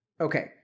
Okay